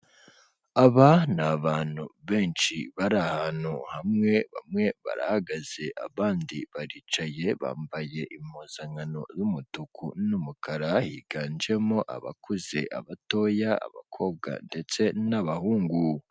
Aba ni abantu benshi bari ahantu hamwe, bamwe barahagaze abandi baricaye, bambaye impuzankano y'umutuku n'umukara, higanjemo abakuze, abatoya, abakobwa ndetse n'abahungu.